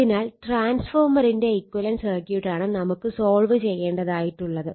അതിനാൽ ട്രാൻസ്ഫോർമറിന്റെ ഇക്വലന്റ് സർക്യൂട്ടാണ് നമുക്ക് സോൾവ് ചെയ്യേണ്ടതായിട്ടുള്ളത്